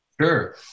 Sure